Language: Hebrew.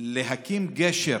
להקים גשר